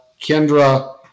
Kendra